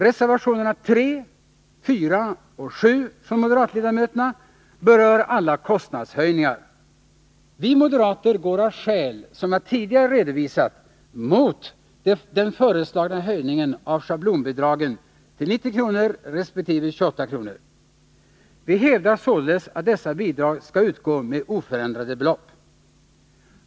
Reservationerna 3, 4 och 7 från moderatledamöterna berör alla kostnadshöjningar. Vi moderater går av skäl som jag tidigare redovisat mot den föreslagna höjningen av schablonbidragen till 90 resp. 28 kr. Vi hävdar således att dessa bidrag skall utgå med oförändrade belopp.